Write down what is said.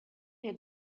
had